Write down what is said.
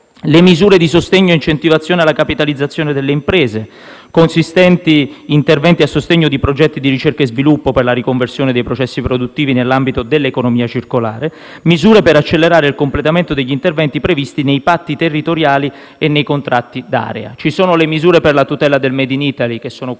le misure di sostegno e incentivazione alla capitalizzazione delle imprese, consistenti interventi a sostegno di progetti di ricerca e sviluppo per la riconversione dei processi produttivi nell'ambito dell'economia circolare, misure per accelerare il completamento degli interventi previsti nei patti territoriali e nei contratti d'area. Ci sono le misure per la tutela del *made in Italy*, che sono quelle